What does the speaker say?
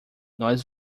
nós